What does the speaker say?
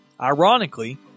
Ironically